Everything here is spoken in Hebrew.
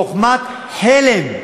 חוכמת חלם.